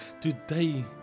Today